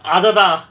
அத தா:atha tha